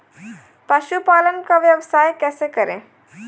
पशुपालन का व्यवसाय कैसे करें?